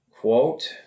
quote